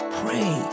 pray